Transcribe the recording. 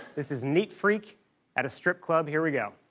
this is neat freak at a strip club. here we go.